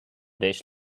dish